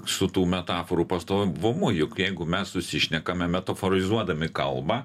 su tų metaforų pastovumu juk jeigu mes susišnekame metaforizuodami kalbą